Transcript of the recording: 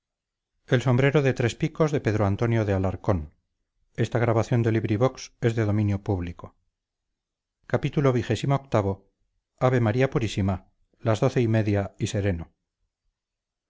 del sombrero de tres picos son muchas todavía las personas que